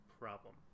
problem